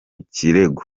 kirego